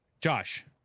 Josh